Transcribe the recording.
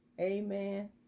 Amen